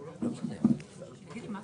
מי